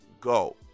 go